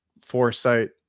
foresight